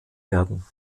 werden